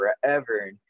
forever